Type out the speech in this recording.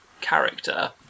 character